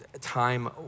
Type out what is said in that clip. time